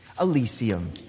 Elysium